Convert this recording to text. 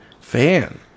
fan